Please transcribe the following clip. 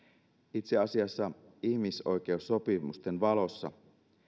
itse asiassa ihmisoikeussopimusten valossa